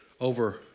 over